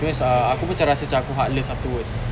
because ah aku pun macam rasa aku heartless afterwards